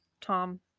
Tom